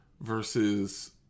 versus